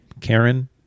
Karen